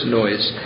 noise